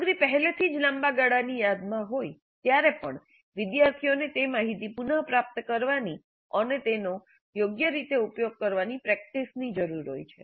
સામગ્રી પહેલેથી જ લાંબા ગાળાની યાદમાં હોય ત્યારે પણ વિદ્યાર્થીઓને તે માહિતી પુનપ્રાપ્ત કરવાની અને તેનો યોગ્ય રીતે ઉપયોગ કરવાની પ્રેક્ટિસની જરૂર હોય છે